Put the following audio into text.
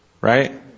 Right